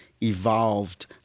evolved